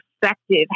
perspective